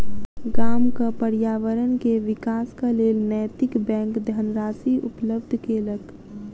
गामक पर्यावरण के विकासक लेल नैतिक बैंक धनराशि उपलब्ध केलक